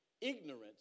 ignorance